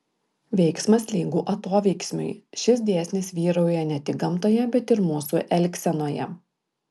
veiksmas lygu atoveiksmiui šis dėsnis vyrauja ne tik gamtoje bet ir mūsų elgsenoje